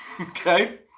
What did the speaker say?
Okay